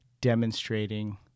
demonstrating